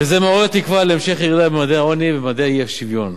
וזה מעורר תקווה להמשך ירידה בממדי העוני ובממדי האי-שוויון.